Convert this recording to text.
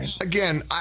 again